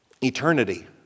Eternity